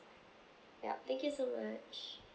yup thank you so much